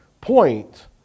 point